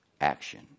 action